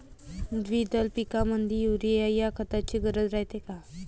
द्विदल पिकामंदी युरीया या खताची गरज रायते का?